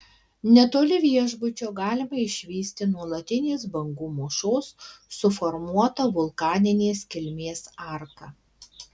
netoli viešbučio galima išvysti nuolatinės bangų mūšos suformuotą vulkaninės kilmės arką